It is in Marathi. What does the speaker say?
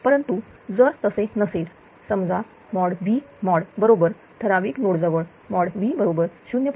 परंतु जर असे नसेलसमजा मोड V मोड बरोबर ठराविक नोड जवळ मोड V बरोबर 0